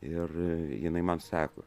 ir jinai man sako